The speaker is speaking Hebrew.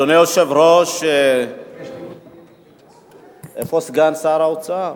אדוני היושב-ראש, איפה סגן שר האוצר?